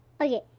Okay